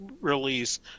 release